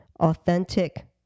authentic